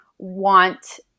want